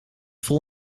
vol